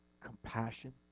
compassion